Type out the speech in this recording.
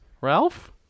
ralph